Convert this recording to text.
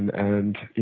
and you